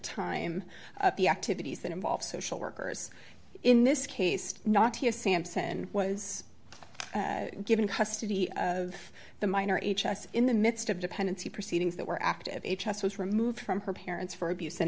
time of the activities that involve social workers in this case not here sampson was given custody of the minor h s in the midst of dependency proceedings that were active h s was removed from her parents for abuse and